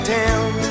town